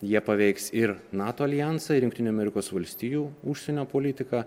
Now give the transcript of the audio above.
jie paveiks ir nato aljansą ir jungtinių amerikos valstijų užsienio politiką